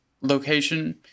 location